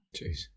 Jeez